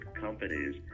companies